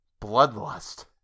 Bloodlust